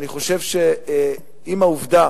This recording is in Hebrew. שאני חושב שעם העובדה